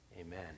Amen